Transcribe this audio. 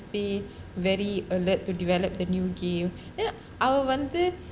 be very alert to develop the new game then அவ வந்து:ava vanthu